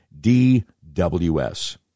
DWS